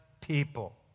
people